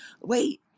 Wait